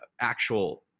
actual